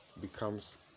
becomes